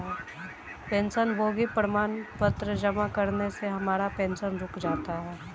पेंशनभोगी प्रमाण पत्र जमा न करने से हमारा पेंशन रुक जाता है